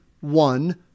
one